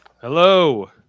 Hello